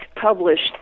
published